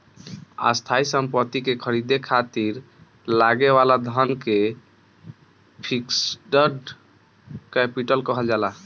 स्थायी सम्पति के ख़रीदे खातिर लागे वाला धन के फिक्स्ड कैपिटल कहल जाला